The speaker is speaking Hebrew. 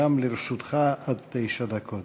גם לרשותך עד תשע דקות.